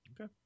Okay